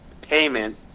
payment